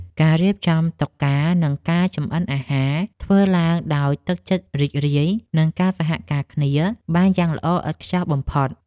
ការរៀបចំតុការ និងការចម្អិនអាហារធ្វើឡើងដោយទឹកចិត្តរីករាយ និងការសហការគ្នាបានយ៉ាងល្អឥតខ្ចោះបំផុត។